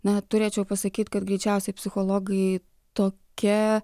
na turėčiau pasakyt kad greičiausiai psichologai tokia